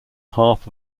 half